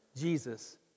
Jesus